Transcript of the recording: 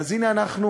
אז הנה אנחנו,